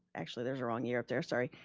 actually, there's a wrong year up there, sorry,